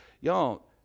Y'all